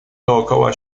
dookoła